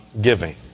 giving